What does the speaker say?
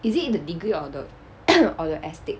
is it the degree or the or the astig